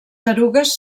erugues